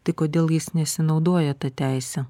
tai kodėl jis nesinaudoja ta teise